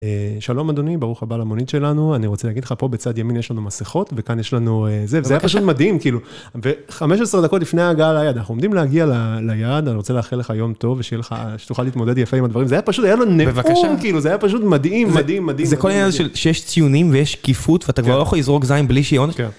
שלום אדוני, ברוך הבא למונית שלנו, אני רוצה להגיד לך, פה בצד ימין יש לנו מסכות, וכאן יש לנו זה, זה היה פשוט מדהים, כאילו, ו-15 דקות לפני הגעה ליעד, אנחנו עומדים להגיע ליעד, אני רוצה לאחל לך יום טוב, ושתוכל להתמודד יפה עם הדברים, זה היה פשוט, היה לו נאום, בבקשה, זה היה פשוט מדהים, מדהים, מדהים, מדהים. זה כל העניין שיש ציונים ויש שקיפות, ואתה כבר לא יכול לזרוק זין בלי שיו...